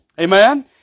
Amen